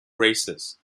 races